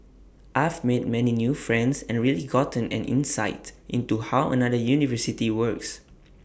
I've made many new friends and really gotten an insight into how another university works